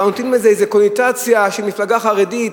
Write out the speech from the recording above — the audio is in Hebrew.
כבר נותנים לזה איזה קונוטציה של מפלגה חרדית.